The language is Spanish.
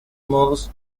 modos